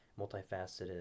multifaceted